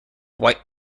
white